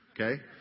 Okay